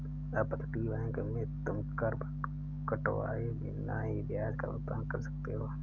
अपतटीय बैंक में तुम कर कटवाए बिना ही ब्याज का भुगतान कर सकते हो